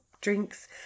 drinks